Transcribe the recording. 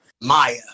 Maya